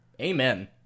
Amen